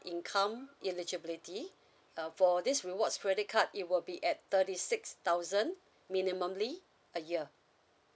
income eligibility um for this rewards credit card it will be at thirty six thousand minimally a year